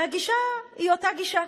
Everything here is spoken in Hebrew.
והגישה היא אותה גישה,